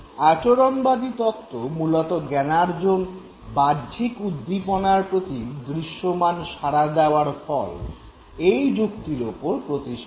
আচরণবাদী তত্ত্ব মূলত জ্ঞানার্জন বাহ্যিক উদ্দীপনার প্রতি দৃশ্যমান সাড়া দেওয়ার ফল - এই যুক্তির ওপর প্রতিষ্ঠিত